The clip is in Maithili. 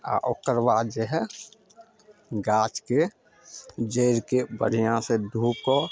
आओर ओकर बाद जे हइ गाछके जड़िके बढ़िआँसँ धोकऽ